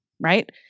right